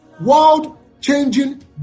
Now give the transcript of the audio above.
World-changing